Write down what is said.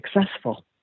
successful